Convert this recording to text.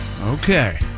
okay